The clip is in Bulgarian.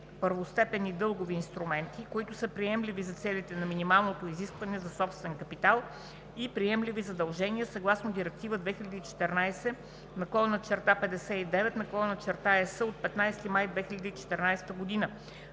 първостепенни дългови инструменти, които са приемливи за целите на минималното изискване за собствен капитал и приемливи задължения, съгласно Директива 2014/59/ЕС от 15 май 2014 г.